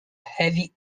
heavy